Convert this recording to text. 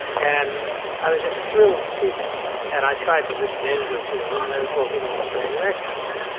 and i was just thrilled to see that. and i tried to listen in to a few of them and they were talking with australian accents.